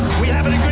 we havin'